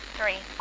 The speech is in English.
Three